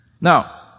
Now